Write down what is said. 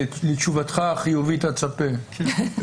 לתשובתך החיובית אצפה.